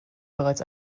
bereits